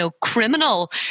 criminal